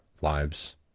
lives